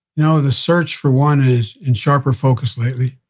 now, the search for one is in sharper focus lately.